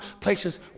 places